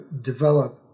develop